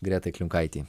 gretai klimkaitei